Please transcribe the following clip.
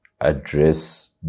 address